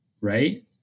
right